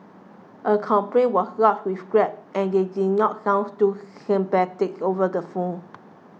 a complaint was lodged with Grab and they did not sounds too sympathetic over the phone